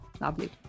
Lovely